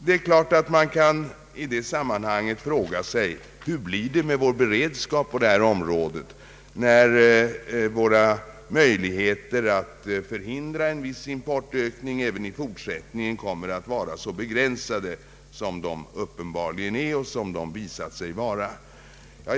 Det är klart att man i det sammanhanget kan fråga sig hur det blir med vår beredskap på detta område, när våra möjligheter att förhindra en viss importökning även i fortsättningen kommer att vara så begränsade som de visat sig vara.